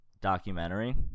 documentary